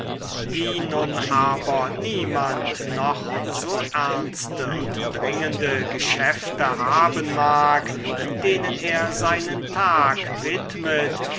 wie nun aber niemand noch so ernste und dringende geschäfte haben mag denen er seinen tag widmet